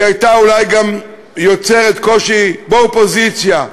היא הייתה גם יוצרת קושי באופוזיציה,